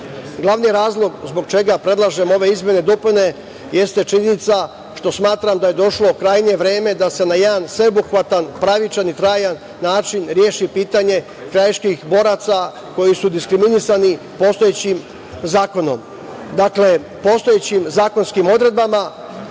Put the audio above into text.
razlog zbog čega predlažem ove izmene i dopune jeste činjenica što smatram da je došlo krajnje vreme da se na jedna sveobuhvatan, pravičan i trajan način reši pitanje krajiških boraca koji su diskriminisani postojećim zakonom. Dakle, postojećim zakonskim odredbama